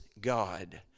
God